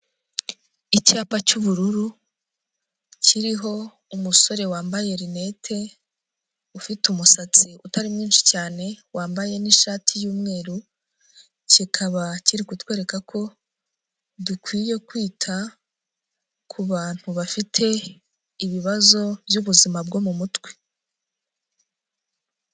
Icyapa cy'ubururu, kiriho umusore wambaye rinete, ufite umusatsi utari mwinshi cyane, wambaye n'ishati y'umweru, kikaba kiri kutwereka ko dukwiye kwita ku bantu bafite ibibazo by'ubuzima bwo mu mutwe.